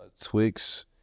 Twix